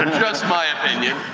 and just my opinion.